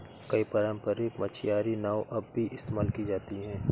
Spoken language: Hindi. कई पारम्परिक मछियारी नाव अब भी इस्तेमाल की जाती है